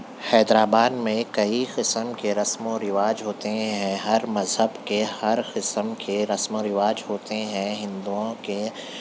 حیدرآباد میں کئی قسم کے رسم و رواج ہوتے ہیں ہرمذہب کے ہر قسم کے رسم و رواج ہوتے ہیں ہندوؤں کے